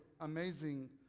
amazing